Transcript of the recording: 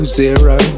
zero